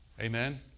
Amen